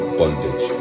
bondage